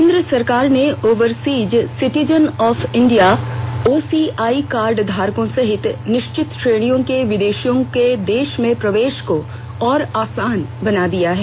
केंद्र सरकार ने overseas citizen of India OCI card धारकों सहित निश्चित श्रेणियों के विदेशियों के देश में प्रवेश को और आसान बना दिया है